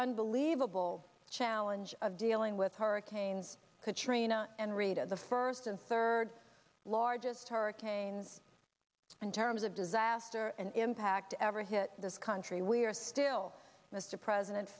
unbelievable challenge of dealing with hurricanes katrina and rita the first and third largest hurricane in terms of disaster and impact ever hit this country we're still mr president